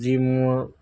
যি মোৰ